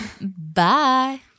Bye